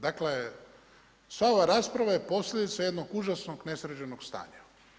Dakle, sva ova rasprava je posljedica jednog užasnog nesređenog stanja.